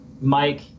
Mike